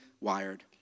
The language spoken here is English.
wired